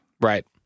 right